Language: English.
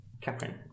Catherine